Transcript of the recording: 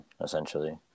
essentially